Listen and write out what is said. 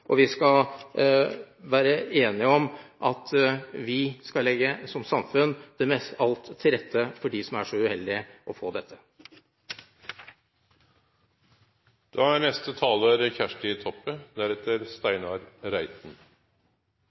Og vi skal være enige om at vi som samfunn skal legge alt til rette for dem som er så uheldige å få dette. Amyotrofisk lateral sklerose er